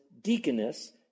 deaconess